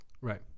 Right